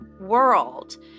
world